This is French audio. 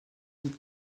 dite